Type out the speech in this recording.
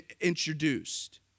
introduced